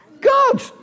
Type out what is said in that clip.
god